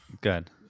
good